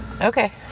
Okay